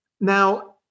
Now